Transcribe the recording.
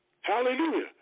Hallelujah